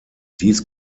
dies